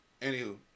Anywho